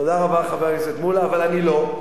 תודה רבה, חבר הכנסת מולה, אבל אני לא.